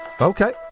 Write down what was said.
Okay